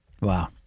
Wow